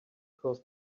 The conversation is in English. cross